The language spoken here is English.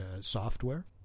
software